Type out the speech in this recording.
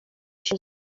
się